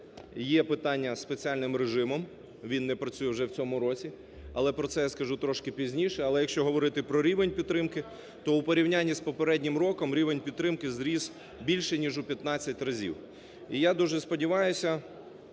є питання із спеціальним режимом, він не працює вже в цьому році, але про це я скажу трішки пізніше. Але, якщо говорити про рівень підтримки, то, у порівнянні з попереднім роком, рівень підтримки зріс більше ніж у 15 разів. І я дуже сподіваюся,